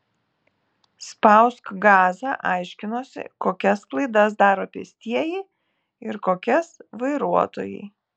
spausk gazą aiškinosi kokias klaidas daro pėstieji ir kokias vairuotojai